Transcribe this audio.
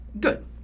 Good